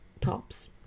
tops